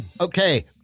Okay